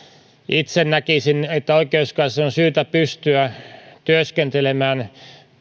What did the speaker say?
itse näkisin että oikeuskanslerin on syytä pystyä työskentelemään